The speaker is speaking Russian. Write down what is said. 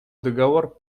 договор